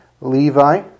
Levi